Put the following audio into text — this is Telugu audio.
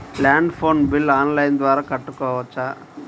ల్యాండ్ ఫోన్ బిల్ ఆన్లైన్ ద్వారా కట్టుకోవచ్చు?